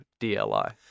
DLI